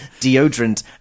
deodorant